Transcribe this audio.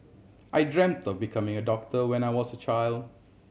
I dreamt of becoming a doctor when I was a child